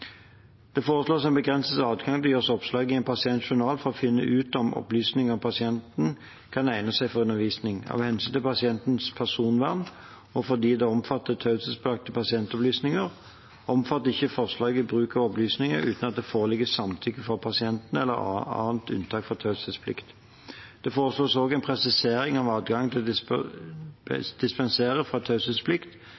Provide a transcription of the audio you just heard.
Det foreslås en begrenset adgang til å gjøre oppslag i en pasients journal for å finne ut om opplysninger om pasienten kan egne seg for undervisning. Av hensyn til pasientens personvern og fordi det omfatter taushetsbelagte pasientopplysninger, omfatter ikke forslaget bruk av opplysninger uten at det foreligger samtykke fra pasienten eller annet unntak fra taushetsplikt. Det foreslås også en presisering av adgangen til